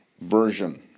version